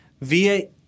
via